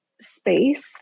space